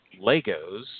Legos